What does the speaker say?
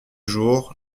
jour